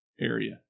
area